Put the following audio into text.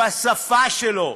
בשפה שלו,